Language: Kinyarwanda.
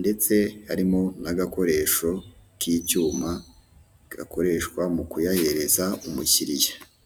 ndetse nk'uko bigaragara abaturage bakaba bari kumugaragariza urukundo, bamwishimiye kandi bamwereka ko bamushyigikiye.